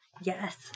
Yes